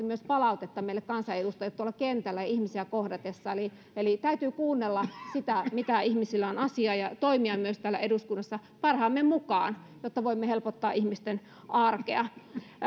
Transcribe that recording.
myös palautetta meille kansanedustajille tuolla kentällä ihmisiä kohdatessa eli eli täytyy kuunnella mitä ihmisillä on asiaa ja toimia myös täällä eduskunnassa parhaamme mukaan jotta voimme helpottaa ihmisten arkea